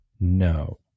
no